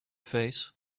face